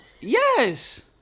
Yes